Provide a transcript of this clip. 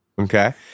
Okay